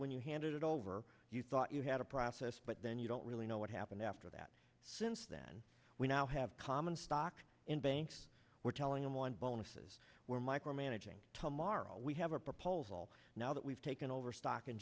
when you handed it over you thought you had a process but then you don't really know what happened after that since then we now have common stock in banks we're telling them on bonuses we're micromanaging tomorrow we have a proposal now that we've taken over stock